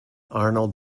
arnold